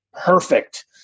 perfect